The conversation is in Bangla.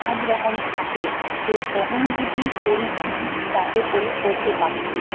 সব রকম থাকে সে সহানুভূতি পরিস্থিতির চাপে পড়ে করতে পারছি না